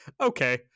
okay